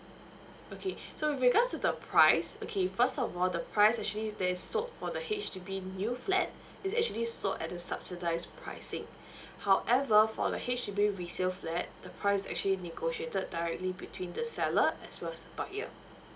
okay so with regards to the price okay first of all the price actually that sold for the H_D_B new flat is actually sold at the subsidize pricing however for the H_D_B resale flat the price actually negotiated directly between the seller as well as the buyer